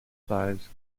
sized